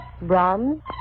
Brahms